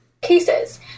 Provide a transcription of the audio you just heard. cases